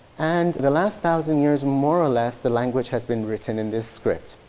and the last thousand years, more or less, the language has been written in this script.